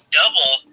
double